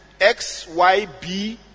XYB